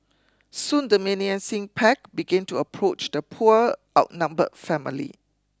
soon the menacing pack began to approach the poor outnumbered family